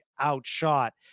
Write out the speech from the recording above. Outshot